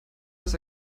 das